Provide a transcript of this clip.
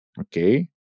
Okay